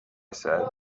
said